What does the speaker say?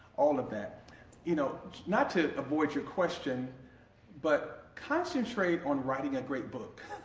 all of that you know not to avoid your question but concentrate on writing a great book!